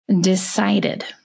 decided